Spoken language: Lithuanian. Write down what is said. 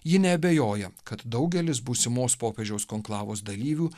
ji neabejoja kad daugelis būsimos popiežiaus konklavos dalyvių